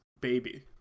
baby